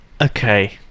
Okay